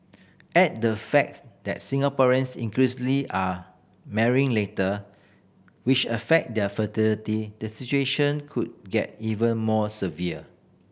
add the facts that Singaporeans increasingly are marrying later which affect their fertility the situation could get even more severe